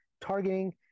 targeting